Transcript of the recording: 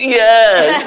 yes